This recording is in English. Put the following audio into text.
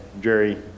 Jerry